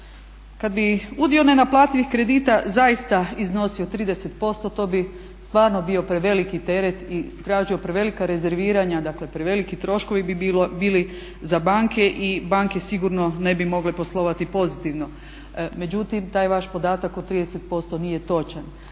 Kada bi udio nenaplativih kredita zaista iznosio 30% to bi stvarno bio preveliki teret i tražio prevelika rezerviranja, dakle preveliki troškovi bi bili za banke i banke sigurno ne bi mogle poslovati pozitivno. Međutim, taj vaš podatak od 30% nije točan.